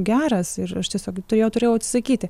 geras ir aš tiesiog turėjau turėjau atsisakyti